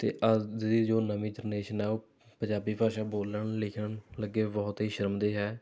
ਅਤੇ ਅੱਜ ਦੀ ਜੋ ਨਵੀਂ ਜਨਰੇਸ਼ਨ ਹੈ ਉਹ ਪੰਜਾਬੀ ਭਾਸ਼ਾ ਬੋਲਣ ਲਿਖਣ ਲੱਗੇ ਬਹੁਤ ਹੀ ਸ਼ਰਮਿੰਦਾ ਹੈ